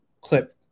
clip